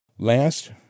Last